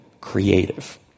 Creative